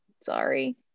Sorry